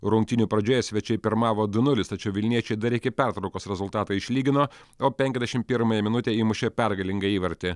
rungtynių pradžioje svečiai pirmavo du nulis tačiau vilniečiai dar iki pertraukos rezultatą išlygino o penkiasdešimt pirmąją minutę įmušė pergalingą įvartį